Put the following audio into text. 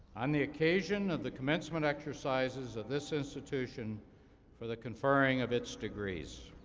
on the occasion of the commencement exercises at this institution for the conferring of its degrees.